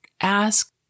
ask